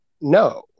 no